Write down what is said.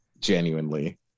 genuinely